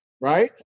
right